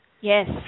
Yes